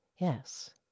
Yes